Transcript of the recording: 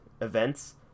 events